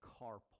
carport